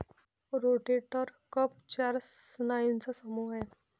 rotator cuff चार स्नायूंचा समूह आहे